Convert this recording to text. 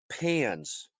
pans